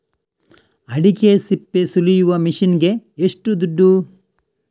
ಅಡಿಕೆ ಸಿಪ್ಪೆ ಸುಲಿಯುವ ಮಷೀನ್ ಗೆ ಏಷ್ಟು ದುಡ್ಡು?